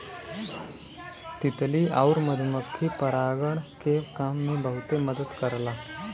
तितली आउर मधुमक्खी परागण के काम में बहुते मदद करला